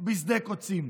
בשדה קוצים.